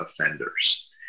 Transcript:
offenders